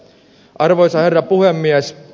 arvoisa herra puhemies